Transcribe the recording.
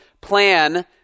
plan